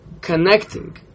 connecting